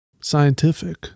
scientific